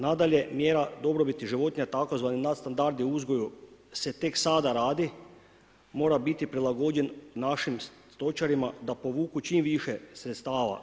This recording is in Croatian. Nadalje, mjera dobrobiti životinja, tzv. nadstandardi o uzgoju se tek sada radi, mora biti prilagođen našim stočarima da povuku čim više sredstava.